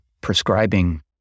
prescribing